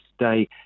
today